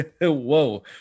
whoa